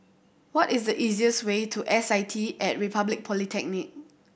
what is the easiest way to S I T At Republic Polytechnic